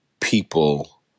people